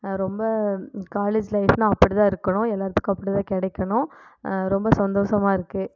ரொம்ப காலேஜ் லைஃப்னா அப்படி தான் இருக்கணும் எல்லாத்துக்கும் அப்படிதான் கிடைக்கணும் ரொம்ப சந்தோசமாக இருக்குது